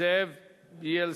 זאב בילסקי.